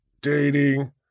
dating